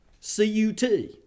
C-U-T